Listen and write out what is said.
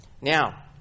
Now